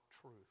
truth